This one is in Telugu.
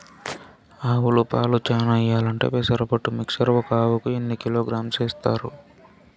ఆవులు పాలు చానా ఇయ్యాలంటే పెసర పొట్టు మిక్చర్ ఒక ఆవుకు ఎన్ని కిలోగ్రామ్స్ ఇస్తారు?